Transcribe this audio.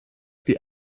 die